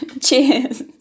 Cheers